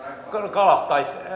kolahtaisi